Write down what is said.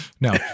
no